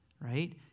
right